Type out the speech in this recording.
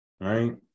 Right